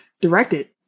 Directed